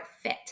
fit